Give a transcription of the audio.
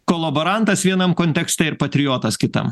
kolaborantas vienam kontekste ir patriotas kitam